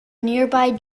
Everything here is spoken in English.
nearby